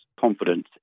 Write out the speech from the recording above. confidence